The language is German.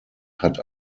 hat